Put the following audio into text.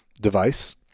device